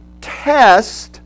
test